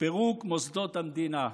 פירוק מוסדות המדינה.